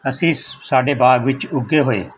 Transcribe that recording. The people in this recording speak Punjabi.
ਅਸੀਂ ਸਾਡੇ ਬਾਗ ਵਿੱਚ ਉੱਗੇ ਹੋਏ